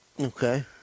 Okay